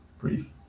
brief